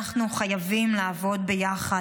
אנחנו חייבים לעבוד ביחד,